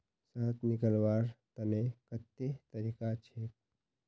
शहद निकलव्वार तने कत्ते तरीका छेक?